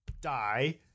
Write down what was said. die